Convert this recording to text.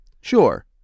Sure